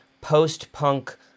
post-punk